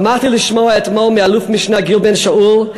שמחתי לשמוע אתמול מאלוף-משנה גיל בן-שאול,